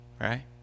Right